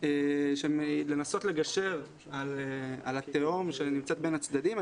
כדי לנסות לגשר על התהום בין הצדדים.